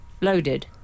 loaded